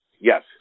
Yes